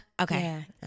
Okay